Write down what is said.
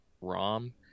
Rom